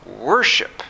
worship